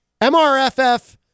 MRFF